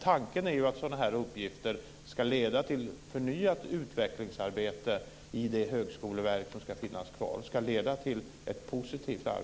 Tanken är ju att sådana här uppgifter ska leda till förnyat och positivt utvecklingsarbete i det högskoleverk som ska finnas kvar.